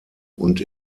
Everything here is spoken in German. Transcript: und